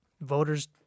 voters